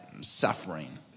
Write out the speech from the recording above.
suffering